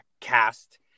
cast